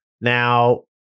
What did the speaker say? Now